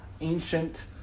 ancient